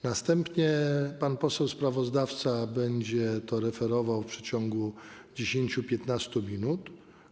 Następnie pan poseł sprawozdawca będzie to referował w ciągu 10-15 minut.